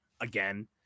again